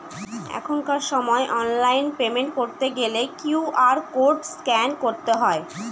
এখনকার সময় online payment করতে গেলে কিউ.আর কোড স্ক্যান করতে হয়